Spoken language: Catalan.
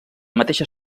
mateixa